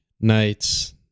nights